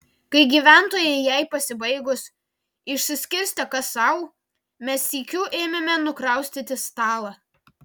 kai gyventojai jai pasibaigus išsiskirstė kas sau mes sykiu ėmėme nukraustyti stalą